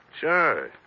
Sure